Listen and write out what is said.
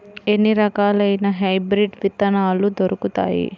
ఎన్ని రకాలయిన హైబ్రిడ్ విత్తనాలు దొరుకుతాయి?